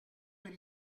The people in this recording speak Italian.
per